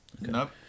Nope